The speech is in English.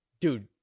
Dude